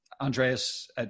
Andreas